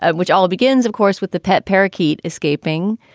and which all begins, of course, with the pet parakeet escaping.